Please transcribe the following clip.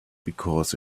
because